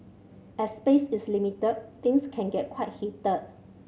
as space is limited things can get quite heated